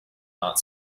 not